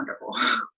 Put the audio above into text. Wonderful